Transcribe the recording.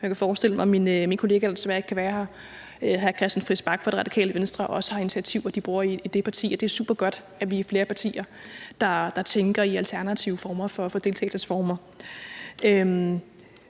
Jeg kan forestille mig, at min kollega, der desværre ikke kan være her, hr. Christian Friis Bach fra Radikale Venstre, også har initiativer, som de bruger i det parti. Så det er supergodt, at vi er flere partier, der tænker i alternative deltagelsesformer.